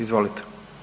Izvolite.